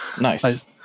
nice